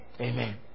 Amen